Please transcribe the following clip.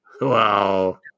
Wow